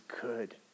good